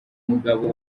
mugabo